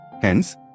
Hence